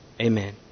Amen